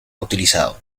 utilizado